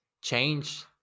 change